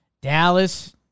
Dallas